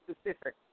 Specific